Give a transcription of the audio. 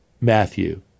Matthew